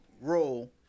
role